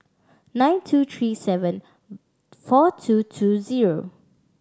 nine two three seven four two two zero